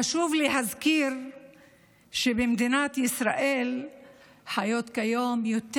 חשוב להזכיר שבמדינת ישראל חיות כיום יותר